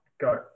go